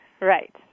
Right